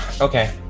Okay